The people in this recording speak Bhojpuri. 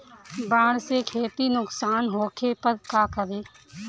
बाढ़ से खेती नुकसान होखे पर का करे?